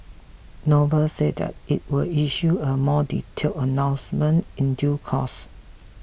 noble said that it will issue a more detailed announcement in due course